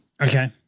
Okay